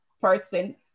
person